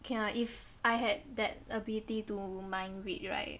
okay lah if I had that ability to mind read right